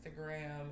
Instagram